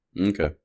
Okay